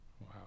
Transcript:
Wow